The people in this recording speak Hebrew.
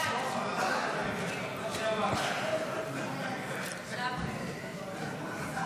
הסתייגות 182 לא נתקבלה.